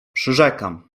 przyrzekam